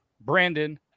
Brandon